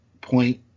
point